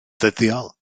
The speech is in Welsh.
ddyddiol